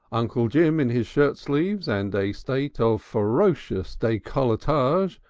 uncle jim in his shirtsleeves and a state of ferocious decolletage,